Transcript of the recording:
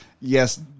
yes